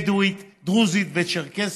בדואית, דרוזית וצ'רקסית,